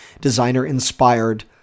designer-inspired